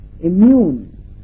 immune